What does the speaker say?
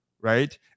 right